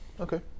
Okay